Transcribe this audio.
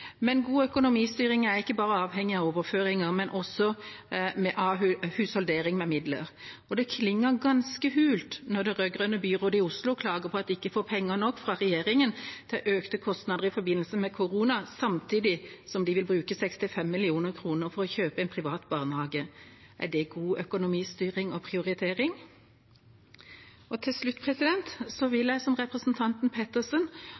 Men god økonomistyring er ikke bare avhengig av overføringer, men også av husholdering med midler. Det klinger ganske hult når det rød-grønne byrådet i Oslo klager på at de ikke får penger nok fra regjeringa til økte kostnader i forbindelse med korona, samtidig som de vil bruke 65 mill. kr på å kjøpe en privat barnehage. Er det god økonomistyring og prioritering? Til slutt vil jeg, som representanten Pettersen,